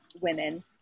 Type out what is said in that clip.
Women